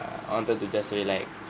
I wanted to just relax